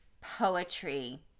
poetry